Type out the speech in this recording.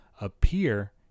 appear